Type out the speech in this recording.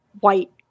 white